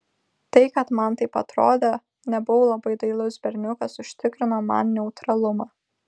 tai kad man taip atrodė nebuvau labai dailus berniukas užtikrino man neutralumą